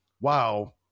wow